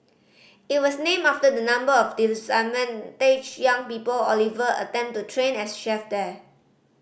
it was named after the number of young people Oliver attempted to train as chefs there